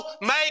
make